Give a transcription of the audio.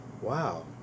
wow